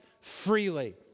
freely